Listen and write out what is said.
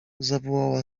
zawołała